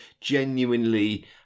genuinely